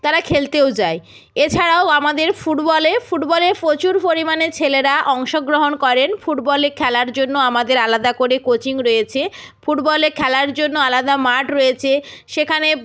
তারা খেলতেও যায় এছাড়াও আমাদের ফুটবলে ফুটবলে প্রচুর পরিমাণে ছেলেরা অংশগ্রহণ করেন ফুটবল খেলার জন্য আমাদের আলাদা করে কোচিং রয়েছে ফুটবলে খেলার জন্য আলাদা মাঠ রয়েছে সেখানে